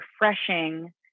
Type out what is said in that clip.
refreshing